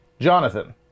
Jonathan